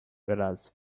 whereas